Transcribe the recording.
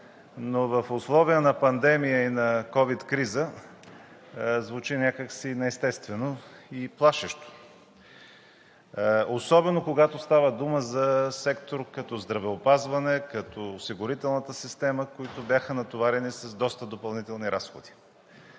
но в условия на пандемия и на ковид криза звучи някак неестествено и плашещо, особено когато става дума за сектор като здравеопазването, като осигурителната система, които бяха натоварени с доста допълнителни разходи.